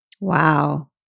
Wow